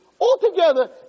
Altogether